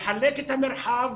לחלק את המרחב